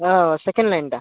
second ଲାଇନ୍ଟା